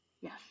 Yes